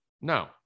no